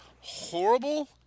horrible